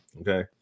okay